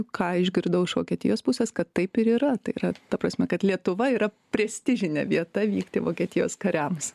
ką išgirdau iš vokietijos pusės kad taip ir yra tai yra ta prasme kad lietuva yra prestižinė vieta vykti vokietijos kariams